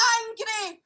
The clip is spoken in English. angry